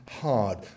hard